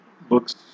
books